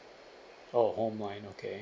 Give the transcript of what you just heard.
orh online okay